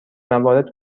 موارد